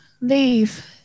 leave